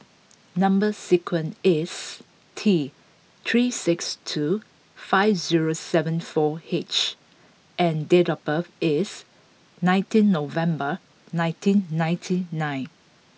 number sequence is T three six two five zero seven four H and date of birth is nineteen November nineteen ninety nine